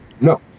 No